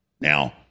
Now